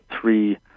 three